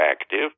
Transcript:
active